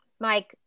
Mike